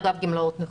אגף גמלאות נכות.